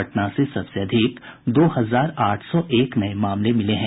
पटना से सबसे अधिक दो हजार आठ सौ एक नये मामले मिले हैं